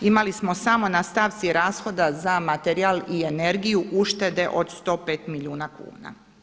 Imali smo samo na stavci rashoda za materijal i energiju uštede od 105 milijuna kuna.